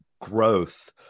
growth